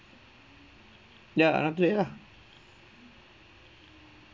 ya ah